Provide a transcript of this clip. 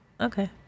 okay